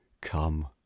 Come